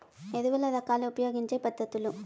ఎరువుల రకాలు ఉపయోగించే పద్ధతులు?